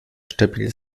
stabil